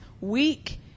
weak